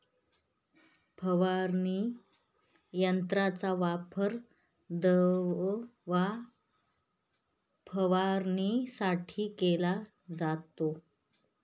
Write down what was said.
फवारणी यंत्राचा वापर द्रव फवारणीसाठी केला जातो